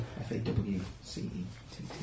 F-A-W-C-E-T-T